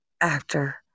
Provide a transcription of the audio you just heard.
actor